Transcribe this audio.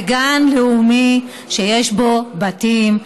זה גן לאומי שיש בו בתים,